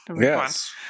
Yes